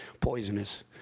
poisonous